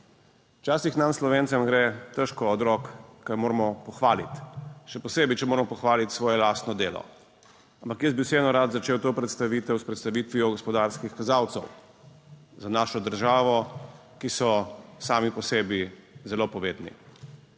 Včasih nam Slovencem gre težko od rok, kaj moramo pohvaliti, še posebej, če moramo pohvaliti svoje lastno delo, ampak jaz bi vseeno rad začel to predstavitev s predstavitvijo gospodarskih kazalcev za našo državo, ki so sami po sebi zelo povedni.